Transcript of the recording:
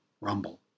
Rumble